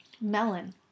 Melon